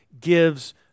gives